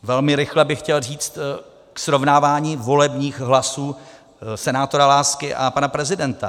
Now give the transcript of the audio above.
Velmi rychle bych chtěl říct k srovnávání volebních hlasů senátora Lásky a pana prezidenta.